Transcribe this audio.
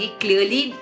clearly